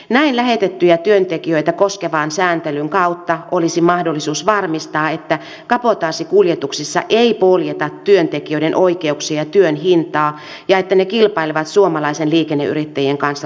näin lähetettyjä työntekijöitä koskevan sääntelyn kautta olisi mahdollisuus varmistaa että kabotaasikuljetuksissa ei poljeta työntekijöiden oikeuksia ja työn hintaa ja että ne kilpailevat suomalaisten liikenneyrittäjien kanssa reiluin ehdoin